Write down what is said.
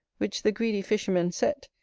which the greedy fishermen set,